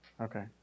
Okay